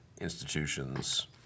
institutions